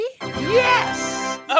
Yes